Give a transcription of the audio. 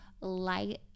light